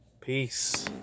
Peace